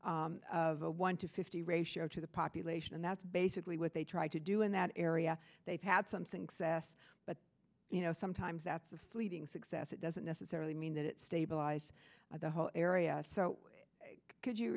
post of a one to fifty ratio to the population and that's basically what they tried to do in that area they've had something sas but you know sometimes that's a fleeting success it doesn't necessarily mean that it stabilise the whole area so could you